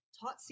taught